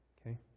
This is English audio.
okay